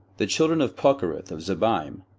the children of pochereth of zebaim,